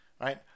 right